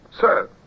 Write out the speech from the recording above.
Sir